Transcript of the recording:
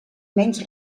menys